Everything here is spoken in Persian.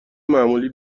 معمولی